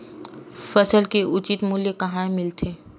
फसल के उचित मूल्य कहां मिलथे?